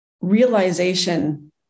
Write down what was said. realization